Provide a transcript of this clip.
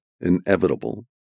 inevitable